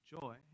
joy